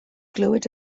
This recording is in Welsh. glywed